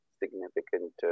Significant